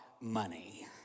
money